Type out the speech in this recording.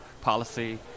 policy